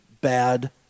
bad